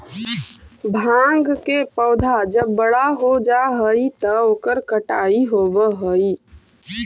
भाँग के पौधा जब बड़ा हो जा हई त ओकर कटाई होवऽ हई